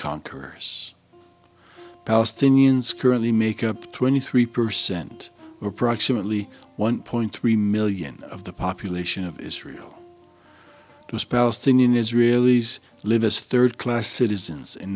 conquerors palestinians currently make up twenty three percent approximately one point three million of the population of israel is palestinian israelis live as third class citizens in